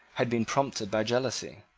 had been prompted by jealousy.